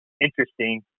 interesting